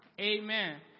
Amen